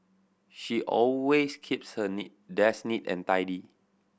she always keeps her neat desk neat and tidy